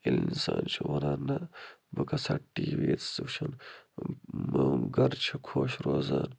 ییٚلہِ اِنسان چھُ وَنان نَہ بہٕ گَژھٕ ہا ٹی وی یس وُچھُن میون گَرٕ چھُ خۄش روزان